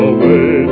Away